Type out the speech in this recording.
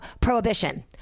prohibition